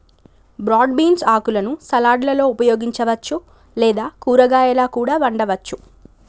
broad beans ఆకులను సలాడ్లలో ఉపయోగించవచ్చు లేదా కూరగాయాలా కూడా వండవచ్చు